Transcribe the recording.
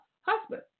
husband